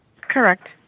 Correct